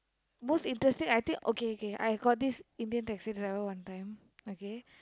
most interesting I think okay okay I got this Indian taxi driver one time okay